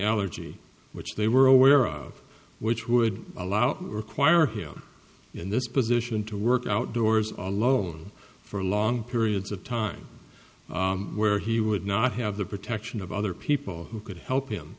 allergy which they were aware of which would allow require him in this position to work outdoors on loan for long periods of time where he would not have the protection of other people who could help him